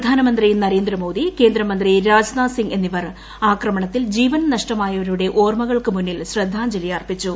പ്രധാനമന്ത്രി നരേന്ദ്രമോദി കേന്ദ്ര മന്ത്രി രാജ് നാഥ് സിംഗ് എന്നിവർ ആക്രമണത്തിൽ ജീവൻ നഷ്ടമായവരുടെ ഓർമകൾക്ക് മുന്നിൽ ശ്രദ്ധാഞ്ജലി അർപ്പിച്ചു